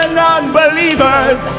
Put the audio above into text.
non-believers